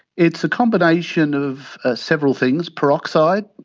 it's a combination of several things peroxide,